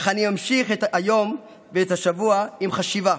אך אני ממשיך את היום ואת השבוע עם חשיבה.